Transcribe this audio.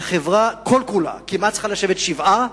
והחברה כל כולה כמעט צריכה לשבת שבעה